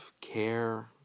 care